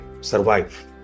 survive